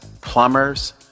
plumbers